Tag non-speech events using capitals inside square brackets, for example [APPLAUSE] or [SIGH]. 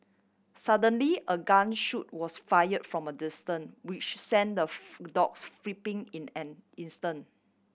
suddenly a gun shot was fire from a distance which sent the [NOISE] dogs [UNINTELLIGIBLE] in an instant